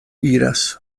iras